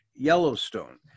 Yellowstone